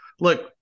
Look